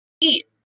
eat